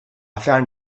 found